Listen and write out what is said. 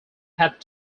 had